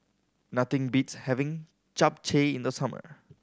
nothing beats having Japchae in the summer